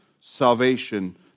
salvation